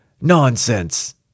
Nonsense